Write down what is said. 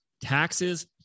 taxes